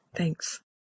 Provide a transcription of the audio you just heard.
Thanks